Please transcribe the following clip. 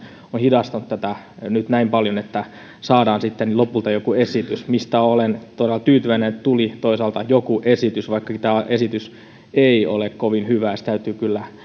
hidastanut tätä nyt näin paljon mutta saadaan sitten lopulta joku esitys olen todella tyytyväinen toisaalta että tuli joku esitys vaikkakaan tämä esitys ei ole kovin hyvä se täytyy kyllä